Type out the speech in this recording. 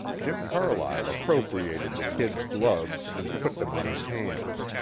jim carlyle appropriated the kid's gloves and put them on his hands.